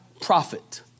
prophet